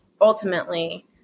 ultimately